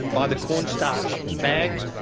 buy the corn starch bags,